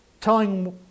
telling